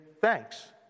thanks